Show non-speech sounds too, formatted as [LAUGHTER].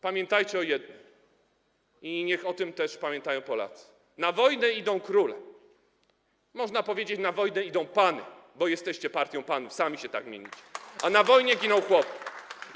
Pamiętajcie o jednym i niech o tym pamiętają też Polacy: na wojnę idą króle - można powiedzieć: na wojnę idą pany, bo jesteście partią panów, sami się tak mienicie [APPLAUSE] - a na wojnie giną chłopy.